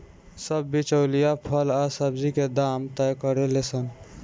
सब बिचौलिया फल आ सब्जी के दाम तय करेले सन